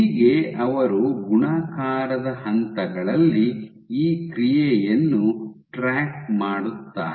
ಹೀಗೆ ಅವರು ಗುಣಾಕಾರದ ಹಂತಗಳಲ್ಲಿ ಈ ಕ್ರಿಯೆಯನ್ನು ಟ್ರ್ಯಾಕ್ ಮಾಡುತ್ತಾರೆ